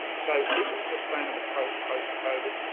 so, is it sustainable post-covid?